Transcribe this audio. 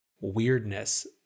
weirdness